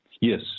Yes